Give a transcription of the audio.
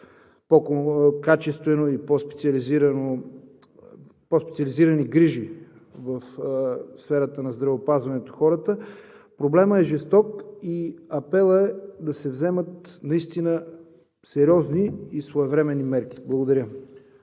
по-качествени и по-специализирани грижи в сферата на здравеопазването, проблемът е жесток и апелът е да се вземат наистина сериозни и своевременни мерки. Благодаря.